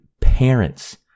parents